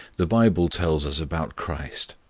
the bible tells us about christ.